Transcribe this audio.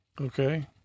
Okay